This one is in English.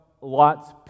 Lot's